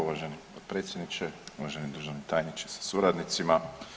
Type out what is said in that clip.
Uvaženi potpredsjedniče, uvaženi državni tajniče sa suradnicima.